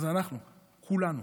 אז אנחנו, כולנו,